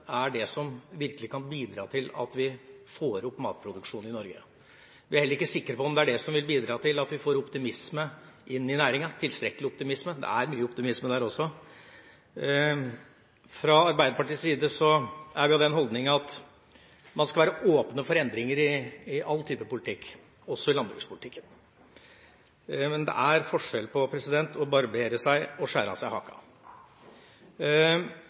er det som virkelig kan bidra til at vi får opp matproduksjonen i Norge. Vi er heller ikke sikre på om det er det som vil bidra til at vi får tilstrekkelig optimisme inn i næringa – selv om det er optimisme der også. Fra Arbeiderpartiets side har vi den holdninga at man skal være åpen for endringer i alle typer politikk, også i landbrukspolitikken. Men det er forskjell på å barbere seg og skjære av seg haka.